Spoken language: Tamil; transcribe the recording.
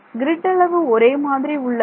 கிரிட் அளவு ஒரே மாதிரி உள்ளது